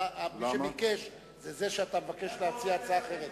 מי שביקש הוא זה שאתה מבקש להציע הצעה אחרת